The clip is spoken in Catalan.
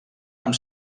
amb